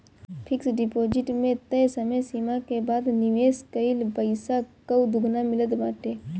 fix deposit में तय समय सीमा के बाद निवेश कईल पईसा कअ दुगुना मिलत बाटे